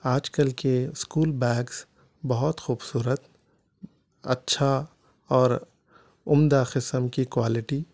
آج کل کے اسکول بیگس بہت خوبصورت اچھا اورعمدہ قسم کی کوالٹی